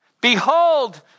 Behold